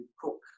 cook